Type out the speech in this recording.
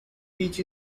peach